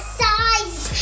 size